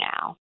now